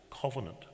covenant